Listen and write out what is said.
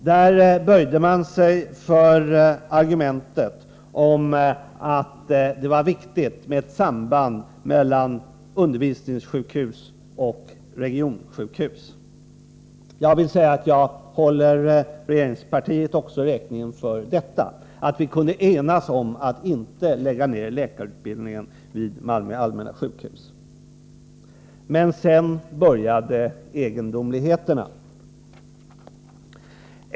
Där böjde man sig för argumentet att det är viktigt med ett samband mellan undervisningssjukhus och regionsjukhus. Jag vill säga att jag håller regeringspartiet räkning också för detta, att vi kunde enas om att inte lägga ner läkarutbildningen vid Malmö allmänna sjukhus. Men sedan började egendomligheterna.